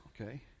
Okay